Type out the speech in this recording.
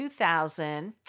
2000